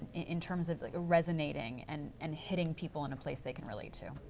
in terms of like resonating and and hitting people in a place they can relate to?